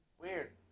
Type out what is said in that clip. Weird